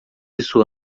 isso